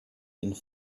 and